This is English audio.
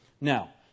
Now